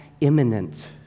imminent